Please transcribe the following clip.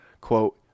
quote